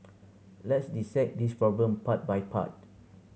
let's dissect this problem part by part